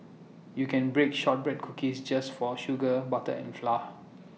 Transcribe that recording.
you can bake Shortbread Cookies just for sugar butter and flour